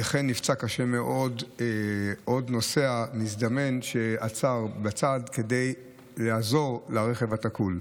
וכן נפצע קשה מאוד עוד נוסע מזדמן שעצר בצד כדי לעזור לרכב התקול.